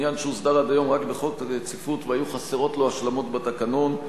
עניין שהוסדר עד היום רק בחוק הרציפות והיו חסרות לו השלמות בתקנון,